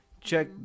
check